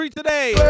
today